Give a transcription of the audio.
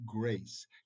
grace